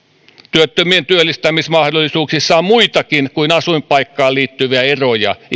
työttömien työllistymismahdollisuuksissa on muitakin kuin asuinpaikkaan liittyviä eroja